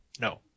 No